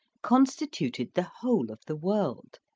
constituted the whole of the world,